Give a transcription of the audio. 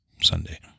Sunday